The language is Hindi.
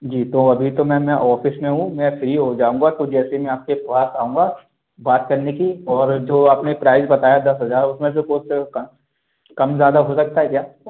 जी तो अभी तो मैम मैं ओफीस में हूँ मैं फ्री हो जाऊँगा तो जैसे ही मैं आप के पास आऊँगा बात करने की और जो आप ने प्राइस बताया दस हज़ार उसमें से कुछ कंस कम ज़्यादा हो सकता है क्या